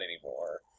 anymore